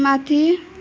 माथि